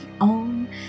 own